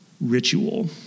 ritual